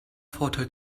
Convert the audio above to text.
vorteil